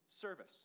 service